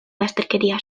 bazterkeria